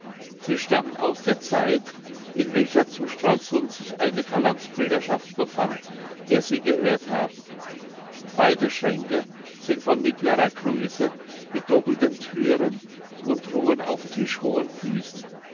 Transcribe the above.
sie stammen aus der zeit in welcher zu stralsund sich eine calandsbrüderschaft befand der sie gehört haben beide schränke sind von mittler größe mit doppelten thüren und ruhen auf tischhohen füßen